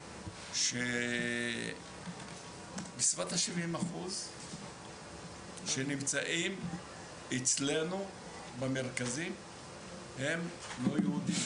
בסביבות ה-70% שנמצאים אצלנו במרכזים הם לא יהודים,